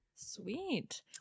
Sweet